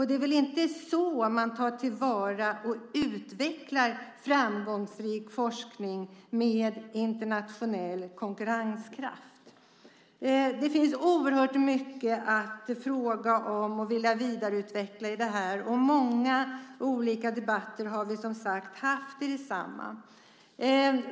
Det är väl inte så man tar till vara och utvecklar framgångsrik forskning med internationell konkurrenskraft. Det finns oerhört mycket som man vill fråga om och vidareutveckla i detta. Vi har som sagt haft många debatter om detta.